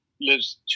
lives